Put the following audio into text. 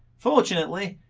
fortunately,